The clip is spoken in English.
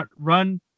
Run